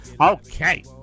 Okay